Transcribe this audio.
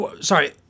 Sorry